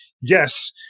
yes